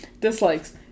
Dislikes